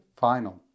final